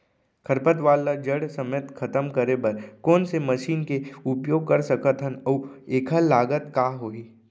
खरपतवार ला जड़ समेत खतम करे बर कोन से मशीन के उपयोग कर सकत हन अऊ एखर लागत का होही?